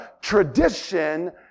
tradition